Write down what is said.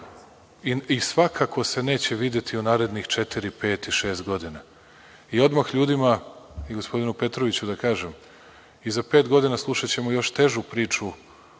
i svakako se neće videti u narednih četiri, pet i šest godina. Odmah ljudima i gospodinu Petroviću da kažem – i za pet godina slušaćemo još težu priču